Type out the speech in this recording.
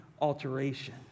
alteration